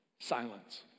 silence